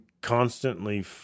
constantly